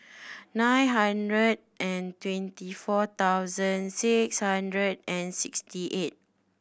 nine hundred and twenty four thousand six hundred and sixty eight